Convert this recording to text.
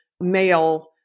male